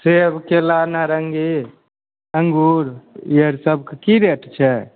सेब केला नारङ्गी अङ्गूर ई आर सभके की रेट छै